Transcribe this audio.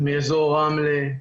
אזור רמלה,